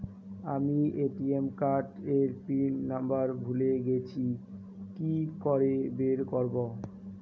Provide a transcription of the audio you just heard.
আমি ATM card এর PIN number ভুলে গেছি কি করে বের করব?